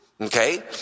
Okay